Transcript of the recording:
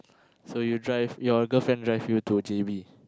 so you drive your girlfriend drive you to G_V